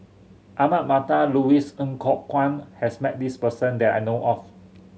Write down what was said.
Ahmad Mattar and Louis Ng Kok Kwang has met this person that I know of